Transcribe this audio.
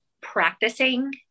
practicing